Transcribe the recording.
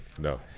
No